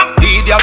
Idiot